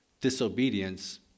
disobedience